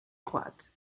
croates